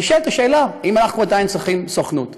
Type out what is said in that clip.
נשאלה השאלה: האם אנחנו עדיין צריכים סוכנות?